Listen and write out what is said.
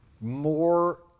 more